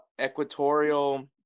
Equatorial